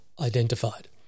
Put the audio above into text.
identified